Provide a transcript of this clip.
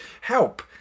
help